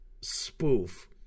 spoof